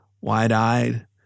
Wide-eyed